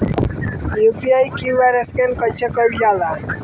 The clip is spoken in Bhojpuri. यू.पी.आई क्यू.आर स्कैन कइसे कईल जा ला?